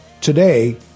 Today